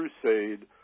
crusade